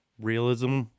realism